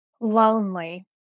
lonely